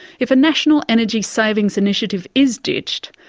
if a national energy savings initiative is ditched,